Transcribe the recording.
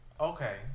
Okay